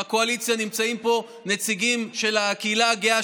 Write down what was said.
בקואליציה נמצאים פה נציגים של הקהילה הגאה,